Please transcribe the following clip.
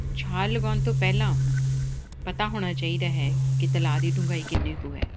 ਛਾਲ ਲਗਾਉਣ ਤੋਂ ਪਹਿਲਾਂ ਪਤਾ ਹੋਣਾ ਚਾਹੀਦਾ ਹੈ ਕਿ ਤਲਾਅ ਦੀ ਡੁੰਘਾਈ ਕਿੰਨੀ ਕੁ ਹੈ